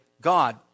God